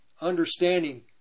Understanding